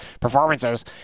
performances